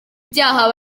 byaha